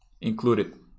included